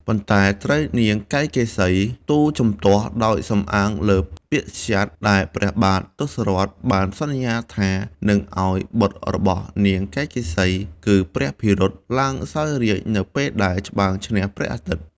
ប៉ុន្តែត្រូវនាង កៃកេសី ទូលជំទាស់ដោយសំអាងលើពាក្យសត្យ ដែលព្រះបាទទសរថបានសន្យាថា នឹងឱ្យបុត្ររបស់នាង កៃកេសី គឺព្រះភិរុតឡើងសោយរាជ្យនៅពេលដែលច្បាំងឈ្នះព្រះអាទិត្យ។